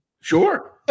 Sure